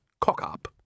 cock-up